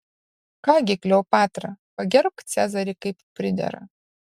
ką gi kleopatra pagerbk cezarį kaip pridera